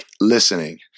listening